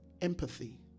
empathy